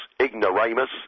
ignoramus